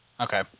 Okay